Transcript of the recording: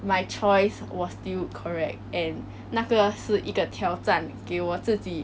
my choice was still correct and 那个是一个挑战给我自己